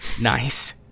nice